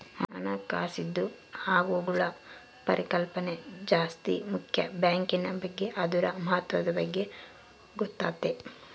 ಹಣಕಾಸಿಂದು ಆಗುಹೋಗ್ಗುಳ ಪರಿಕಲ್ಪನೆ ಜಾಸ್ತಿ ಮುಕ್ಯ ಬ್ಯಾಂಕಿನ್ ಬಗ್ಗೆ ಅದುರ ಮಹತ್ವದ ಬಗ್ಗೆ ಗೊತ್ತಾತತೆ